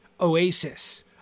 oasis